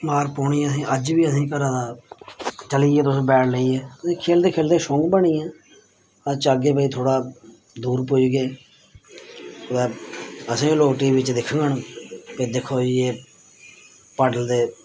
मार पौनी असें अज्ज बी असेंगी घर दा चली गेई तुस बैट लेइयै खेलदे खेलदे शौंक बनी गेआ अस चाह्गे भई थोह्ड़ा दूर पुजगे कुदै असें बी लोक टी वी च दिक्खङन भई दिक्खो जी एह् पाडल दे